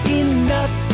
enough